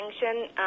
sanction